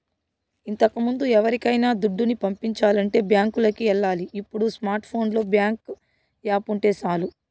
ఇంతకముందు ఎవరికైనా దుడ్డుని పంపించాలంటే బ్యాంకులికి ఎల్లాలి ఇప్పుడు స్మార్ట్ ఫోనులో బ్యేంకు యాపుంటే సాలు